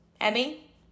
Emmy